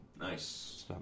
Nice